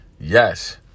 Yes